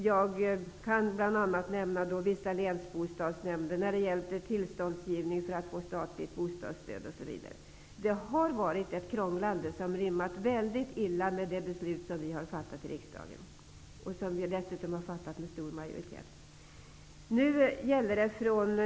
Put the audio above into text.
Jag kan bl.a. nämna vissa länsbostadsnämnder, när det har gällt tillståndsgivning för statligt bostadsstöd. Det har varit ett krånglande som har rimmat mycket illa med de beslut som vi har fattat i riksdagen -- dessutom med stor majoritet.